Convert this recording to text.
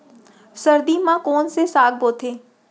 सर्दी मा कोन से साग बोथे?